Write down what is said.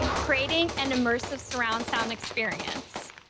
creating an immersive surround sound experience.